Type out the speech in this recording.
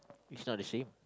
it's not a shame